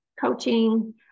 coaching